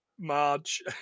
Marge